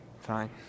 fine